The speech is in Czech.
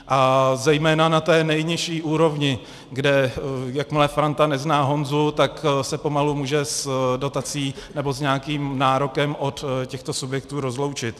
A zejména na té nejnižší úrovni, kde jakmile Franta nezná Honzu, tak se pomalu může s dotací nebo s nějakým nárokem od těchto subjektů rozloučit.